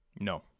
no